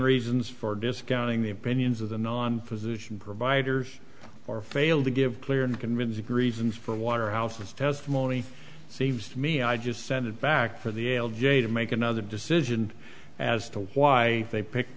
reasons for discounting the opinions of the non physician providers or fail to give clear and convincing reasons for waterhouse's testimony seems to me i just sent it back to the l j to make another decision as to why they picked